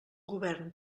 govern